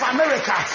America